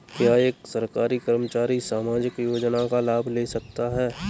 क्या एक सरकारी कर्मचारी सामाजिक योजना का लाभ ले सकता है?